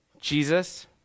Jesus